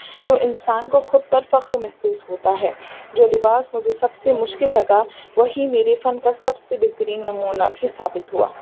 تو انسان کو خود پر فخر محسوس ہوتا ہے جو لباس مجھے سب سے مشکل لگا وہی میرے فن کا سب سے بہترین نمونہ بھی ثابت ہوا